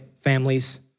families